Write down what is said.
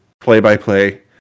Play-by-play